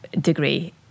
degree